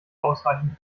ausreichend